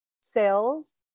sales